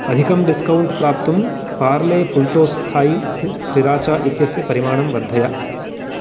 अधिकं डिस्कौण्ट् प्राप्तुं Parle Fulltoss Thai sriracha इत्यस्य परिमाणं वर्धय